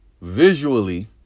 visually